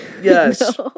Yes